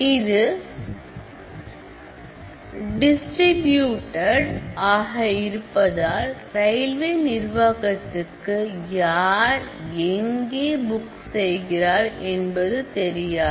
இது distributed application ஆக இருப்பதால் ரயில்வே நிர்வாகத்துக்கு யார் எங்கே புக் செய்கிறார் என்று தெரியாது